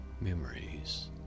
Memories